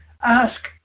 Ask